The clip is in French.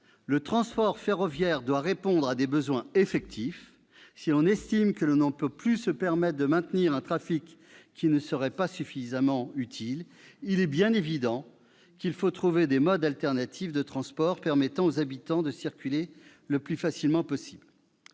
le transport ferroviaire doit répondre à des besoins effectifs. Si l'on estime que l'on ne peut plus se permettre de maintenir un trafic qui ne serait pas suffisamment utile, il est bien évident qu'il faut trouver des modes alternatifs de transport permettant aux habitants de circuler le plus facilement possible.